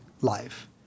life